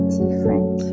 different